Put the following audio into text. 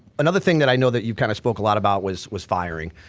another thing that i know that you kind of spoke a lot about was was firing.